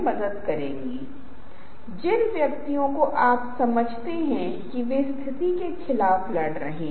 clip और ध्वनि यदि आप चाहें तो आपके पास क्लिप हो सकते हैं